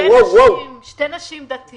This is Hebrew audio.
שתי נשים דתיות.